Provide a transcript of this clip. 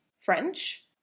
French